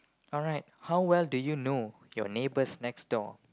alright how well do you know your neighbours next door